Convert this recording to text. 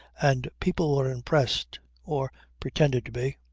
and people were impressed or pretended to be.